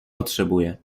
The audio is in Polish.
potrzebuję